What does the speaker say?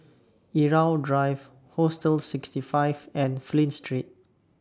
Irau Drive Hostel sixty five and Flint Street